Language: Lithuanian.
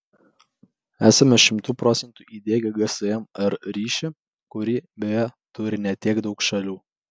esame šimtu procentų įdiegę gsm r ryšį kurį beje turi ne tiek daug šalių